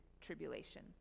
tribulation